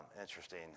Interesting